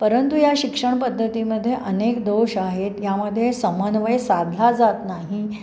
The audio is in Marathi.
परंतु या शिक्षण पद्धतीमध्ये अनेक दोष आहेत यामध्ये समन्वय साधला जात नाही